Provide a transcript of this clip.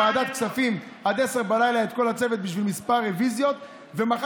ועדת הכספים בשביל כמה רוויזיות עד 22:00,